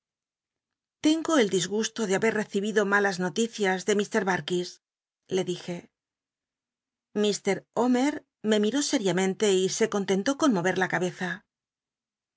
tengo el disgusto de haber recibido malas bal'lüs le dij e noticias de ir darkis le dije homer me miló sériamente y se contentó con mover la c